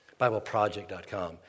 BibleProject.com